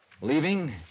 Leaving